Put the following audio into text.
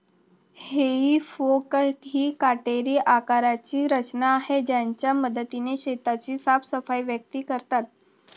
हेई फोक ही काटेरी आकाराची रचना आहे ज्याच्या मदतीने शेताची साफसफाई व्यक्ती करतात